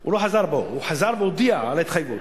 הוא לא חזר בו, הוא חזר והודיע על ההתחייבות.